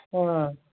ꯑꯥ